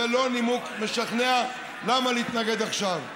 זה לא נימוק משכנע למה להתנגד עכשיו.